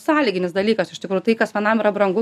sąlyginis dalykas iš tikrųjų tai kas vienam yra brangu